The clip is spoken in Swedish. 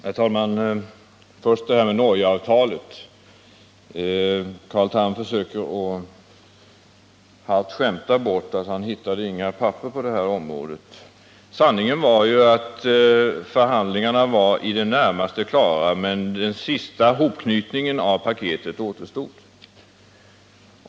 Herr talman! Först vill jag beröra Norgeavtalet. Carl Tham försökte halvt skämta bort att han inte hittade några papper på det området. Sanningen är ju att förhandlingarna var i det närmaste klara, men den sista hopknytningen av paketet återstod.